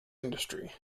industry